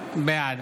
בעד